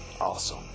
Awesome